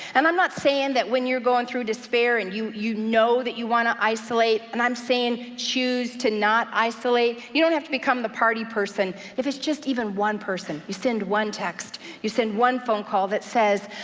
and i'm not saying that when you're going through despair, and you you know that you want to isolate, and i'm saying choose to not isolate, you don't have to become the party person. if it's just even one person, you send one text. you send one phone call that says